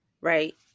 right